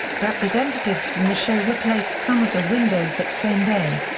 representatives from the show replaced some of the windows that same day.